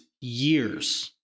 years